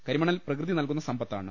കരിമണൽ പ്രകൃതി നൽകുന്ന സമ്പത്താണ്